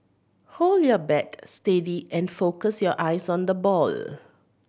hold your bat steady and focus your eyes on the ball